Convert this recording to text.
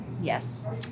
yes